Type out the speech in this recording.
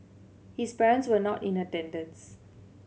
his parents were not in attendance